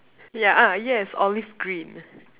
yeah ah yes olive green